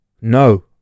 no